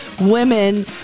women